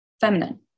feminine